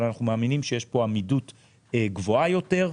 אבל אנחנו מאמינים שיש פה עמידות גבוהה יותר.